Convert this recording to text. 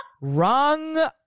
Wrong